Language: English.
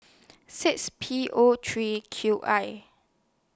six P O three Q I